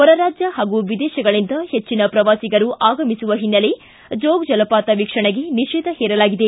ಹೊರರಾಜ್ಯ ಪಾಗೂ ವಿದೇಶಗಳಿಂದ ಹೆಚ್ಚಿನ ಪ್ರವಾಸಿಗರು ಆಗಮಿಸುವ ಹಿನ್ನೆಲೆ ಜೋಗ ಜಲಪಾತ ವೀಕ್ಷಣೆಗೆ ನಿಷೇಧ ಹೇರಲಾಗಿದೆ